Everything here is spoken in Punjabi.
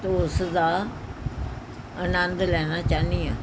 ਤੋ ਉਸ ਦਾ ਅਨੰਦ ਲੈਣਾ ਚਾਹੁੰਦੀ ਹਾਂ